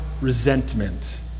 resentment